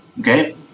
okay